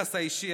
היחס האישי,